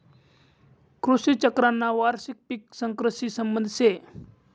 कृषी चक्रना वार्षिक पिक चक्रशी संबंध शे